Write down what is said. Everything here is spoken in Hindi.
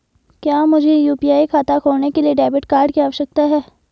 क्या मुझे यू.पी.आई खाता खोलने के लिए डेबिट कार्ड की आवश्यकता है?